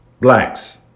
blacks